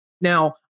Now